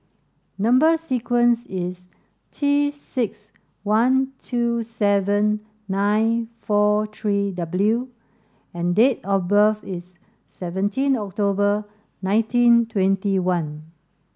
number sequence is T six one two seven nine four three W and date of birth is seventeen October nineteen twenty one